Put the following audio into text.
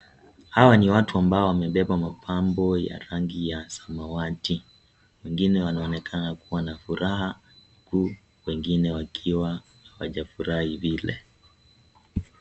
Hawa ni watu ambao wamebeba mapambo ya rangi ya samawati, wengine wanaonekana kuwa na furaha huku wengine wakiwa hawajafurahi vile.